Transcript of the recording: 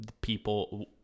people